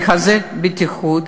לחזק את הבטיחות,